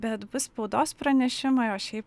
bet bus spaudos pranešimai o šiaip